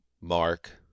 Mark